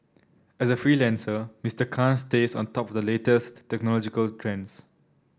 as a freelancer Mister Khan stays on top of the latest technological trends